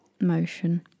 Motion